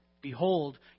behold